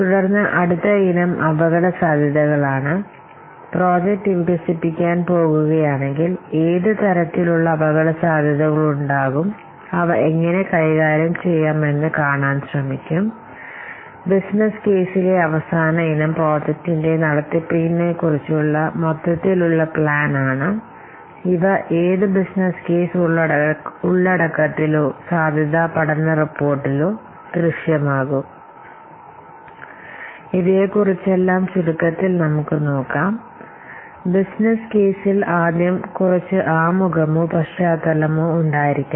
ഞാൻ ഇതിനകം നിങ്ങളോട് പറഞ്ഞതുപോലെ ഈ ബിസിനസ്സ് കേസിൽ ആദ്യം കുറച്ച് ആമുഖമോ പശ്ചാത്തലമോ ഉണ്ടായിരിക്കണം